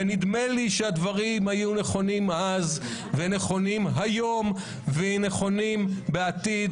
ונדמה לי שהדברים היו נכונים אז ונכונים היום ויהיו נכונים בעתיד.